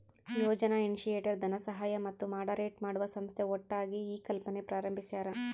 ಯೋಜನಾ initiator ಧನಸಹಾಯ ಮತ್ತು moderate ಮಾಡುವ ಸಂಸ್ಥೆ ಒಟ್ಟಾಗಿ ಈ ಕಲ್ಪನೆ ಪ್ರಾರಂಬಿಸ್ಯರ